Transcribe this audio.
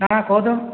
କାଣା କହତ